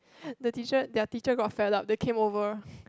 the teacher their teacher got fed up they came over